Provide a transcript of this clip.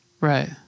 Right